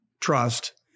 Trust